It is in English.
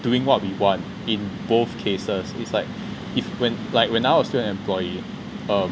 doing what we want in both cases it's like if when when I was still an employee